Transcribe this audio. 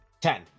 Ten